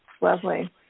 Lovely